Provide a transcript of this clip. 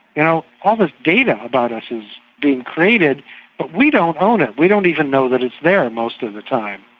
you know all this data about us is being created but we don't own it. we don't even know that it's there most of the time.